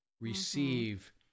receive